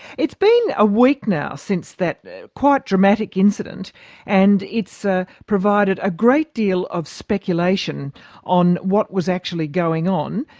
it's been a week now since that quite dramatic incident and it's ah provided a great deal of speculation on what was actually going on.